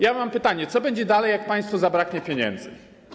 Ja mam pytanie: Co będzie dalej, jak państwu zabraknie pieniędzy?